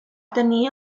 tenir